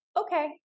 okay